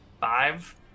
Five